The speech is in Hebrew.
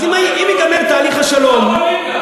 אם ייגמר תהליך השלום, גם לא בונים.